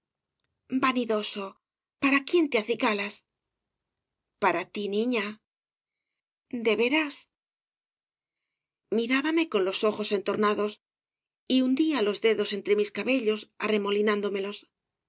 vanidoso para quién te acicalas para ti niña de veras mirábame con los ojos entornados y hundía los dedos entre mis cabellos